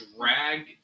Drag